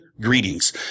Greetings